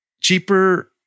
cheaper